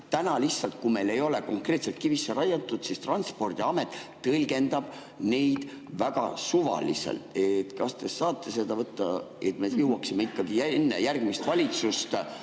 täna lihtsalt, kui meil ei ole see konkreetselt kivisse raiutud, Transpordiamet tõlgendab seda väga suvaliselt. Kas te saate seda käsile võtta, et me jõuaksime ikkagi enne järgmist valitsust